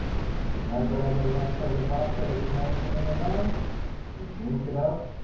just grab whatever leftover vodka that you have laying around and drink it up,